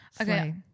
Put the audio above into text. Okay